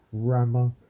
Grammar